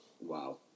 Wow